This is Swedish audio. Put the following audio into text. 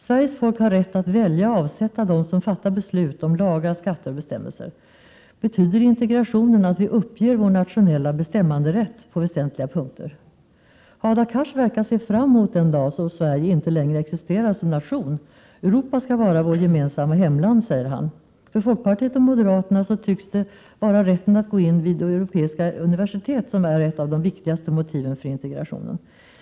Sveriges folk har rätt att välja och avsätta dem som fattar beslut om lagar, skatter och bestämmelser. Betyder integrationen att vi uppger vår nationella bestämmanderätt på väsentliga punkter? Hadar Cars verkar se fram emot den dag då Sverige inte längre existerar som nation. Europa skall vara vårt gemensamma hemland, säger han. För folkpartiet och moderaterna tycks det vara rätten att gå in vid europeiska universitet som är ett av de viktigaste motiven för integrationen.